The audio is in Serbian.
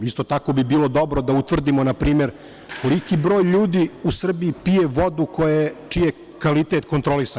Isto tako bi bilo dobro da utvrdimo na primer koliki broj ljudi u Srbiji pije vodu čiji je kvalitet kontrolisan?